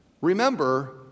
Remember